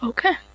Okay